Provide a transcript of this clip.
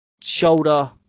shoulder